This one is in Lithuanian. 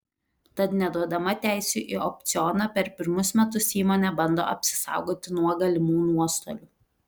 tad neduodama teisių į opcioną per pirmus metus įmonė bando apsisaugoti nuo galimų nuostolių